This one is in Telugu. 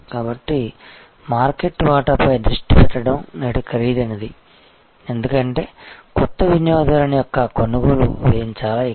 కాబట్టి మార్కెట్ వాటాపై దృష్టి పెట్టడం నేడు ఖరీదైనది ఎందుకంటే కొత్త వినియోగదారుని యొక్క కొనుగోలు వ్యయం చాలా ఎక్కువ